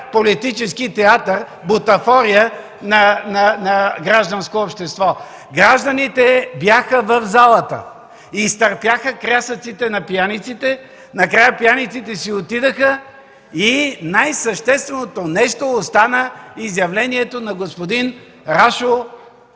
политически театър, бутафория на гражданско общество. Гражданите бяха в залата, изтърпяха крясъците на пияниците. Накрая пияниците си отидоха и най-същественото нещо остана изявлението на господин Рашо